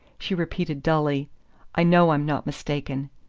she repeated dully i know i'm not mistaken.